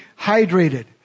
hydrated